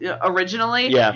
originally